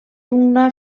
una